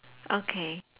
okay